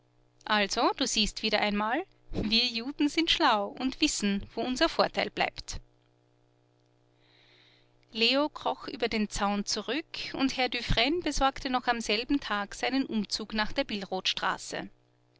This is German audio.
also du siehst wieder einmal wir juden sind schlau und wissen wo unser vorteil bleibt leo kroch über den zaun zurück und herr dufresne besorgte noch am selben tag seinen umzug nach der